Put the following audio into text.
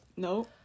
No